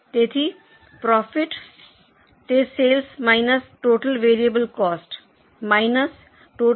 તેથી પ્રોફિટએ તે sales minus total variable cost minus total fixed cost છે